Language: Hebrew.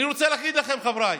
אני רוצה להגיד לכם, חבריי: